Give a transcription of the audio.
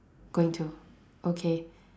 going to okay